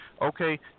Okay